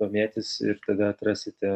domėtis ir tada atrasite